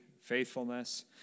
faithfulness